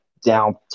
down